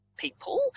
people